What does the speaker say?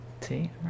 See